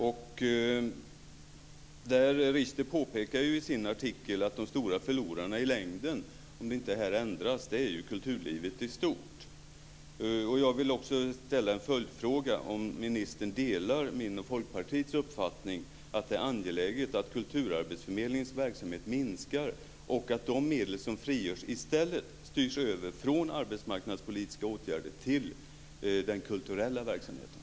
Mikael Richter påpekar i sin artikel att om inte det här ändras är de stora förlorarna i längden kulturlivet i stort. Jag vill också ställa följdfrågan om ministern delar min och Folkpartiets uppfattning att det är angeläget att kulturarbetsförmedlingens verksamhet minskar och att de medel som frigörs i stället styrs över från arbetsmarknadspolitiska åtgärder till den kulturella verksamheten.